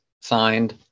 signed